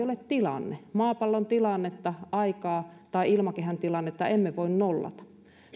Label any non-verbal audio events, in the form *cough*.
*unintelligible* ole tilanne maapallon tilannetta aikaa tai ilmakehän tilannetta emme voi nollata